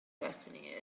destiny